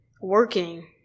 working